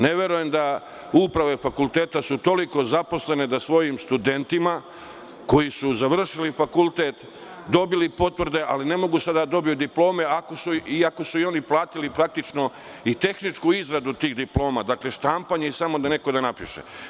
Ne verujem da su uprave fakulteta toliko zaposleni da svojim studentima koji su završili fakultet, dobili potvrde, ali ne mogu sada da dobiju diplome, iako su oni platili praktično i tehničku izradu tih diploma, dakle, štampanje i samo neko da napiše.